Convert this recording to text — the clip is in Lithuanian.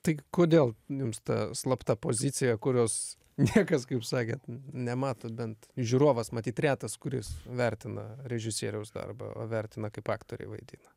tai kodėl jums ta slapta pozicija kurios niekas kaip sakėt nemato bent žiūrovas matyt retas kuris vertina režisieriaus darbą vertina kaip aktoriai vaidina